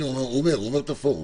הנה, הוא אומר את הפורום.